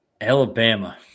Alabama